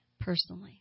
personally